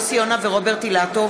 יוסי יונה ורוברט אילטוב